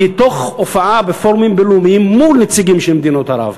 מתוך הופעה בפורומים בין-לאומיים מול נציגים של מדינות ערב,